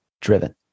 driven